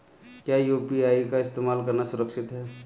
क्या यू.पी.आई का इस्तेमाल करना सुरक्षित है?